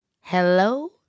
Hello